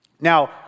Now